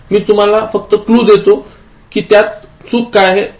मी तुम्हाला फक्त क्लू देत आहे कि त्यात चूक काय आहे